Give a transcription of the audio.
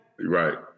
Right